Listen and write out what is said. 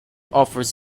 offers